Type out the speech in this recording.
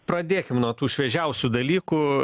pradėkim nuo tų šviežiausių dalykų